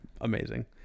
Amazing